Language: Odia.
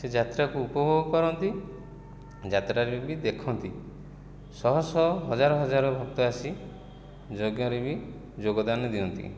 ସେ ଯାତ୍ରାକୁ ଉପଭୋଗ କରନ୍ତି ଯାତ୍ରାକୁ ବି ଦେଖନ୍ତି ଶହ ଶହ ହଜାର ହଜାର ଭକ୍ତ ଆସି ଯଜ୍ଞରେ ବି ଯୋଗଦାନ ଦିଅନ୍ତି